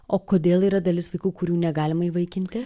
o kodėl yra dalis vaikų kurių negalima įvaikinti